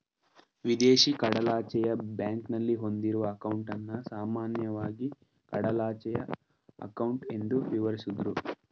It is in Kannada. ವಿದೇಶಿ ಕಡಲಾಚೆಯ ಬ್ಯಾಂಕ್ನಲ್ಲಿ ಹೊಂದಿರುವ ಅಂಕೌಟನ್ನ ಸಾಮಾನ್ಯವಾಗಿ ಕಡಲಾಚೆಯ ಅಂಕೌಟ್ ಎಂದು ವಿವರಿಸುದ್ರು